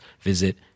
visit